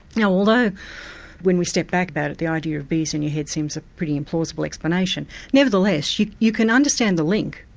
now although when we step back about it the idea of bees in your head seems a pretty implausible explanation, nevertheless you you can understand the link,